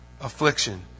affliction